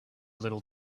little